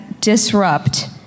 disrupt